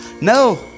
no